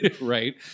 right